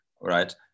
right